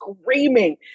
screaming